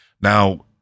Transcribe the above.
Now